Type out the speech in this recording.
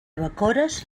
bacores